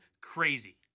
crazy